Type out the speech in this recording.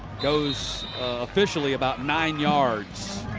goes officially about nine yards.